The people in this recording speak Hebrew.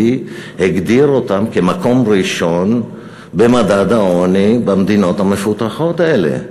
הגדיר אותן כמקום ראשון במדד העוני במדינות המפותחות האלה.